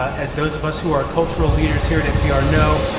as those of us who are cultural leaders here at npr know,